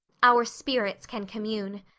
our spirits can commune.